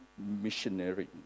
missionary